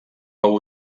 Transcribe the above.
fou